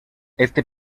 este